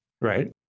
Right